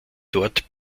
dort